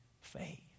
faith